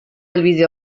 helbide